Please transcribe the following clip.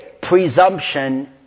Presumption